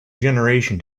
generation